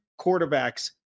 quarterbacks